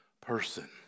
person